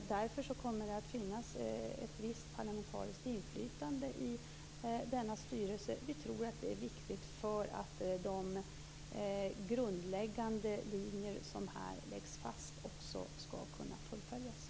Därför kommer det att finnas ett visst parlamentariskt inflytande i denna styrelse. Vi tror att det är viktigt för att de grundläggande linjer som här läggs fast också skall kunna fullföljas.